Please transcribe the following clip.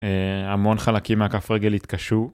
אה... המון חלקים מהכף רגל התקשו.